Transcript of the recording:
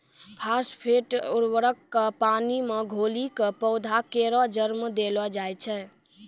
phosphate उर्वरक क पानी मे घोली कॅ पौधा केरो जड़ में देलो जाय छै